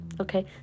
Okay